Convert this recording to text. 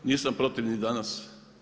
Nisam protiv ni danas.